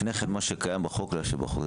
לפני כן מה שקיים בחוק להשאיר בחוק.